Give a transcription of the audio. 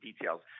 details